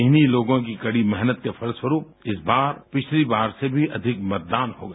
इन्हीं लोगों की कड़ी मेहनत के फलस्वरूप इस बार पिछली बार से भी अधिक मतदान हो गया